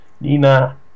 Nina